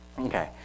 Okay